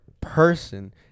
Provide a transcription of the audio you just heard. person